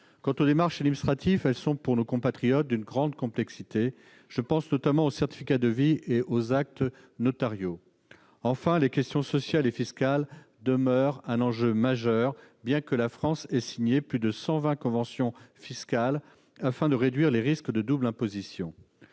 Quant aux démarches administratives, elles sont pour eux d'une grande complexité : je pense notamment aux certificats de vie et aux actes notariaux. Enfin, les questions sociales et fiscales demeurent un enjeu majeur, bien que la France ait signé plus de 120 conventions fiscales afin de réduire les risques de double imposition.